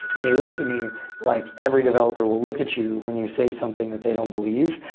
and he looks at me like every developer will look at you when you say something that they don't believe,